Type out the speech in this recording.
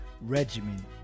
regimen